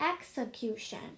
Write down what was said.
execution